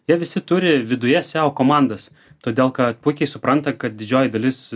jie visi turi viduje seo komandas todėl kad puikiai supranta kad didžioji dalis